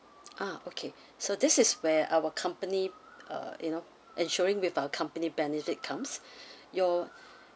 ah okay so this is where our company uh you know ensuring with our company benefit comes your